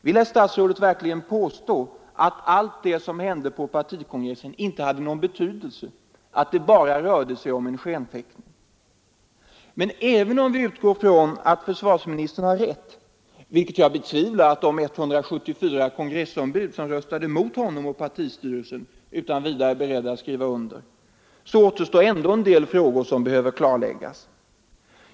Vill herr statsrådet verkligen påstå att allt det som hände på partikongressen inte hade någon betydelse, att det bara rörde sig om skenfäktning? Men om vi utgår från att försvarsministern har rätt, vilket jag betvivlar att de 174 kongressombud som röstade mot honom och partistyrelsen utan vidare är beredda att skriva under, så återstår ändå en del frågor som behöver klarläggas.